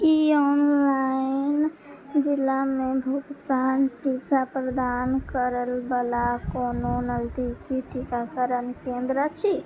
की online जिलामे भुगतान टीका प्रदान करए बला कोनो नजदीकी टीकाकरण केंद्र अछि